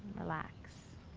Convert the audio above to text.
relax.